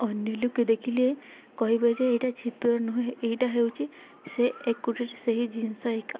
ଅନ୍ୟ ଲୋକେ ଦେଖିଲେ କହିବେ ଯେ ଏଇଟା ଚିତ୍ର ନୁହେଁ ଏଇଟା ହେଉଛି ସେ ଏକୁଟି ସେହି ଜିନିଷ ଏକା